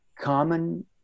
common